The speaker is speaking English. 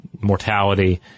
mortality